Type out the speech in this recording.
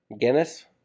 Guinness